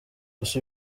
gusa